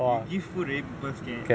we give food already people scared